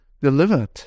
delivered